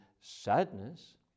sadness